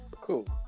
cool